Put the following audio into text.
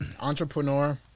entrepreneur